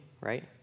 right